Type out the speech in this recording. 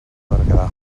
berguedà